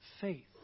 faith